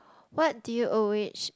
what do you always